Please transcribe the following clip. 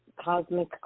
cosmic